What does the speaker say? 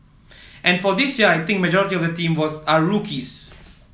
and for this year I think majority of the team was are rookies